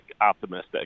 optimistic